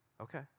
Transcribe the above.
Okay